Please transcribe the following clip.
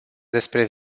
despre